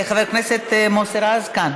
חבר הכנסת מוסי רז כאן.